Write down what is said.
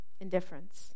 indifference